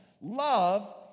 Love